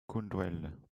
scoundrel